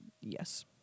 Yes